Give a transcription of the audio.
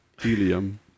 Helium